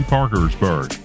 Parkersburg